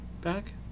back